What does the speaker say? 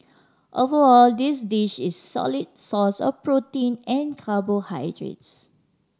overall this dish is solid source of protein and carbohydrates